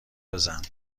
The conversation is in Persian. بزن